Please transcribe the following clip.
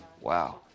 Wow